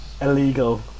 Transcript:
illegal